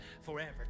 forever